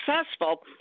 successful